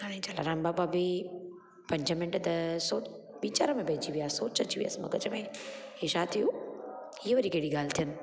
हाणे जलाराम बापा बि पंज मिन्ट त सोच वीचार में पंहिंजी विया सोच अची वियसि मग़ज़ में ई छा थियो हीअं वरी कहिड़ी ॻाल्हि थियनि